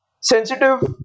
sensitive